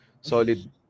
Solid